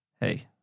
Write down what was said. Hey